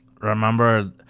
Remember